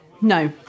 No